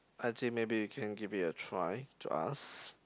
I think maybe you can give it a try to ask